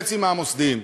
חצי מהמוסדיים.